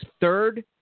third